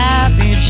Happy